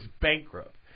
bankrupt